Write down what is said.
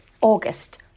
August